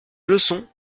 leçon